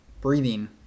breathing